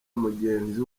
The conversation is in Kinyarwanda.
mugenzi